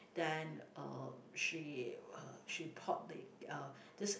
then uh she she pop it uh this